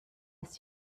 ist